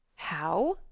how?